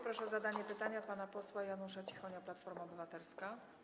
Proszę o zadanie pytania pana posła Janusza Cichonia, Platforma Obywatelska.